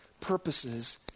purposes